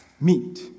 meet